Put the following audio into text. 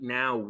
now